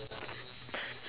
say like this